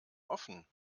offen